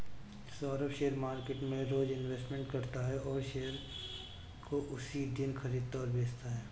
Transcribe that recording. Saurabh share market में रोज investment करता है और शेयर को उसी दिन खरीदता और बेचता है